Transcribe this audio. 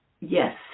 yes